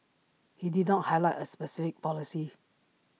he did not highlight A specific policy